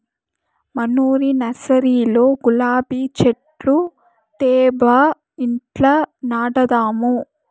మనూరి నర్సరీలో గులాబీ చెట్లు తేబ్బా ఇంట్ల నాటదాము